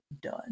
done